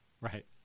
Right